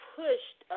pushed